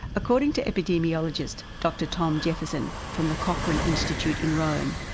according to epidemiologist dr tom jefferson from the cochran institute in rome,